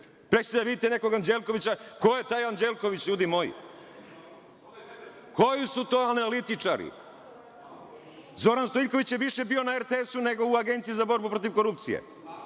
Pre ćete da vidite nekog Anđelkovića, ko je taj Anđelković ljudi moji? Koji su to analitičari? Zoran Stojiljković je više bio na RTS nego u Agenciji za borbu protiv korupcije.O